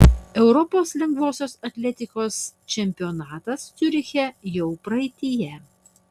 europos lengvosios atletikos čempionatas ciuriche jau praeityje